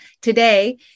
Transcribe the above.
today